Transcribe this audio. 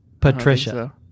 Patricia